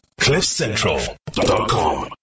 Cliffcentral.com